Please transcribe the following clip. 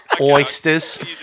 Oysters